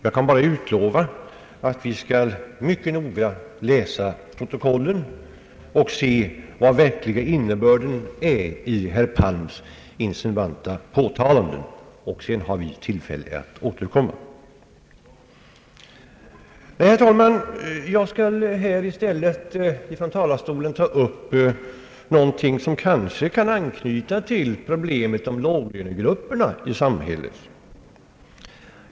Jag kan bara utlova att vi mycket noggrant skall läsa protokollen och se vad den verkliga innebörden är i herr Palms insinuanta uttalanden. Därefter får vi tillfälle att återkomma. Jag skall i stället, herr talman, från denna talarstol ta upp någonting som kanske kan anknyta till problemen kring låglönegrupperna i samhället.